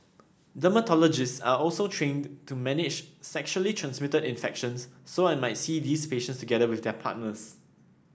dermatologists are also trained to manage sexually transmitted infections so I might see these patients together with their partners